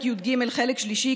חלק שלישי,